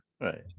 right